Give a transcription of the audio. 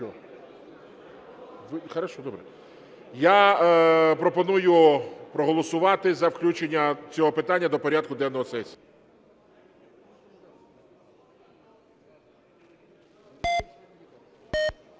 Ми маємо проголосувати за включення цього питання до порядку денного сесії,